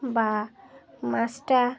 বা মাছটা